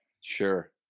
Sure